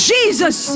Jesus